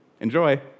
Enjoy